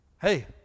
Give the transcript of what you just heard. Hey